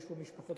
אבל יש משפחות,